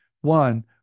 One